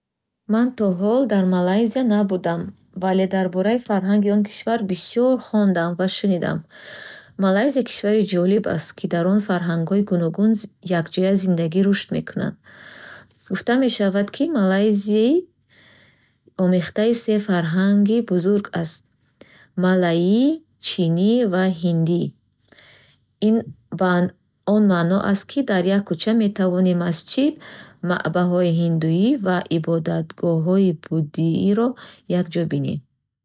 Ман то ҳол дар Малайзия набудам, вале дар бораи фарҳанги он кишвар бисёр хондаам ва шунидаам. Малайзия кишвари ҷолиб аст, ки дар он фарҳангҳои гуногун якҷоя зиндаги рушд мекунанд. Гуфта мешавад, ки Малайзӣ омехтаи се фарҳанги бузург аст. Малайӣ, чинӣ ва ҳиндӣ. Ин ба он маъно аст, ки дар як кӯча метавони масҷид, маъбади ҳиндуӣ ва ибодатгоҳи буддоиро якҷо бинем.